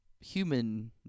human